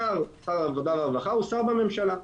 שר העבודה והרווחה הוא שר בממשלה,